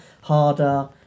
harder